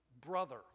brother